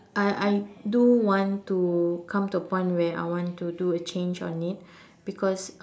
I I do want to come to a point where I want to do a change on it because